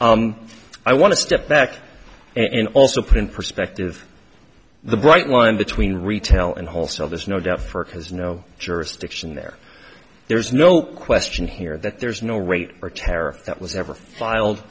i want to step back and also put in perspective the bright line between retail and wholesale there's no doubt for it has no jurisdiction there there's no question here that there's no rate or tariff that was ever filed